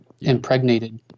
impregnated